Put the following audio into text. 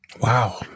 wow